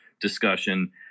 discussion